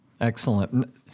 Excellent